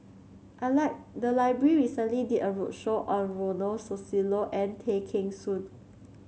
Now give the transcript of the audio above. I like the library recently did a roadshow on Ronald Susilo and Tay Kheng Soon